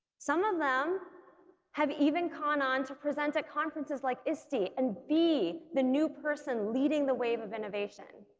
some of them have even gone on to present at conferences like iste and be the new person leading the wave of innovation